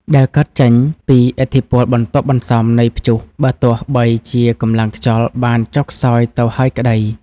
ដែលកើតចេញពីឥទ្ធិពលបន្ទាប់បន្សំនៃព្យុះ បើទោះបីជាកម្លាំងខ្យល់បានចុះខ្សោយទៅហើយក្ដី។